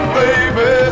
baby